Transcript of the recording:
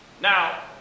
Now